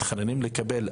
מתחננים לקבל,